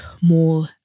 more